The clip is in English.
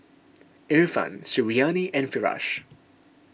Irfan Suriani and Firash